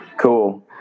Cool